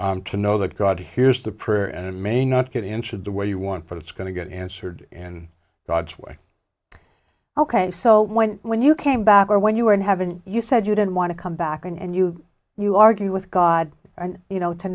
and to know that god hears the prayer and may not get into the way you want but it's going to get answered in god's way ok so when when you came back or when you were in heaven you said you don't want to come back and you you argue with god and you know to